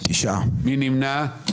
מי נמנע?